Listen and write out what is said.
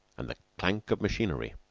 and the clank of machinery.